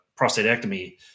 prostatectomy